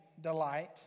delight